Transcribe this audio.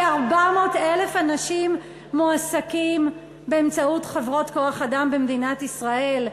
כ-400,000 אנשים מועסקים באמצעות חברות כוח-אדם במדינת ישראל,